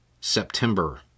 September